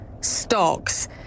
stocks